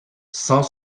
cent